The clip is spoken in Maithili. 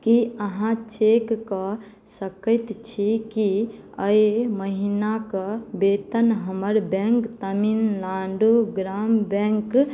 की अहाँ चेक कऽ सकैत छी कि एहि महीनाक वेतन हमर बैंक तमिलनाडु ग्राम बैंक